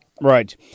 Right